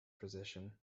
position